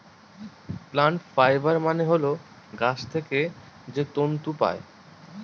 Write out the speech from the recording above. plant fibre মানে হল গাছ থেকে যে তন্তু পায়